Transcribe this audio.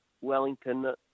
Wellington